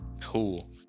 cool